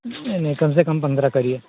नहीं नहीं कम से कम पंद्रह करिए